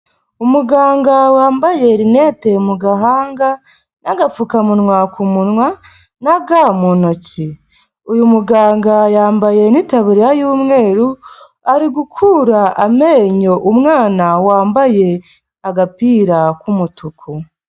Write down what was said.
Umuganga wambaye rinete mu gahanga n'agapfukamunwa ku munwa n'aga mu ntoki, uyu muganga yambaye n'itaburiya y'umweru ari gukura amenyo umwana wambaye agapira k'umutuku.